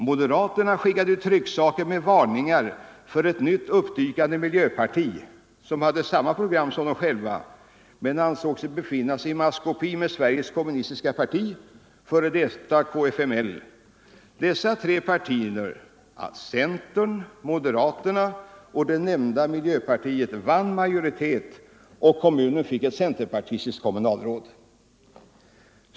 Moderaterna skickade ut trycksaker med varningar för ett nytt uppdykande miljöparti som hade samma program som de själva men ansågs befinna sig i maskopi med Sveriges kommunistiska parti, f. d. kfml. Dessa tre partier — alltså centern, moderaterna och det nämnda miljöpartiet — vann majoritet och kommunen fick ett centerpartistiskt kommunalråd.